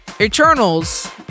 Eternals